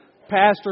Pastor